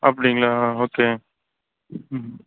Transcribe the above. அப்படிங்களா ஓகே ம்